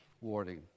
warning